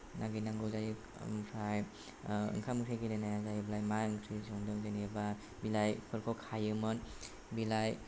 नागिरनांगौ जायो ओमफ्राय ओंखाम ओंख्रि गेलेनाया जाहैबाय मा ओंख्रि संदों जेनेबा बिलाइफोरखौ खायोमोन बिलाइ